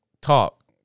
talk